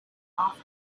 off